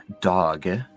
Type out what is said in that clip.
dog